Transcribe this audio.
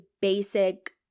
basic